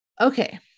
Okay